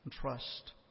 trust